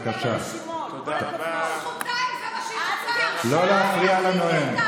זכותן של נשים לא להופיע ברשימות, כל הכבוד.